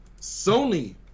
Sony